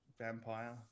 vampire